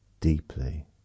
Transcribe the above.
deeply